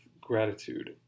gratitude